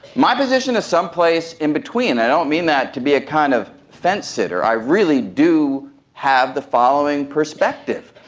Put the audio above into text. my position is some place in between. and i don't mean that to be a kind of fence-sitter, i really do have the following perspective.